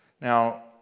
Now